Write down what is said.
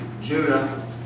Judah